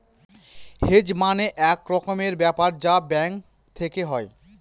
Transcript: hedge মানে এক রকমের ব্যাপার যা ব্যাঙ্ক থেকে হয়